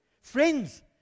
Friends